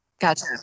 gotcha